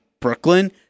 Brooklyn